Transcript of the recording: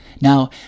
Now